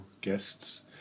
guests